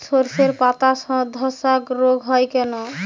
শর্ষের পাতাধসা রোগ হয় কেন?